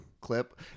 clip